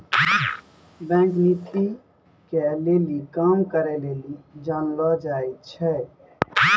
bank नैतिक नीति के लेली काम करै लेली जानलो जाय छै